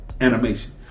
animation